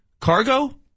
Cargo